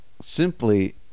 Simply